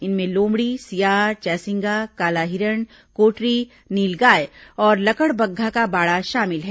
इनमें लोमड़ी सियार चैसिंगा काला हिरण कोटरी नीलगाय और लकड़बग्घा का बाड़ा शामिल हैं